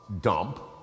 dump